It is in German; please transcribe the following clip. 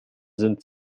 sind